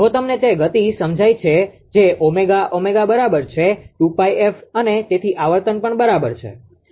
જો તમને તે ગતિ સમજાય છે જે 𝜔 𝜔 બરાબર છે 2𝜋 અને તેથી આવર્તન પણ બરાબર છે